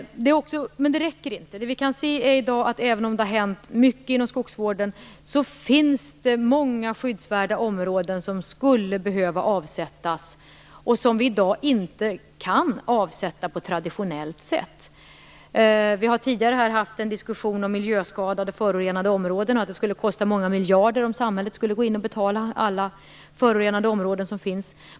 Men detta räcker inte. Även om det har hänt mycket inom skogsvården, finns det många skyddsvärda områden som skulle behöva avsättas men som vi i dag inte kan avsätta på traditionellt vis. Vi har tidigare här haft en diskussion om att det skulle kosta många miljarder för samhället att betala för alla de miljöskadade och förorenade områden som finns.